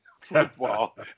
football